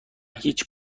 هیچ